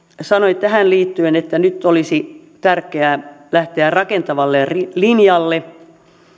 sanoi tähän liittyen että nyt olisi tärkeää lähteä rakentavalle linjalle